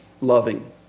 loving